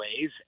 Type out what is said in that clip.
ways